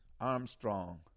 Armstrong